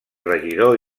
regidor